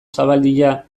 zabaldia